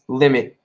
limit